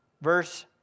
verse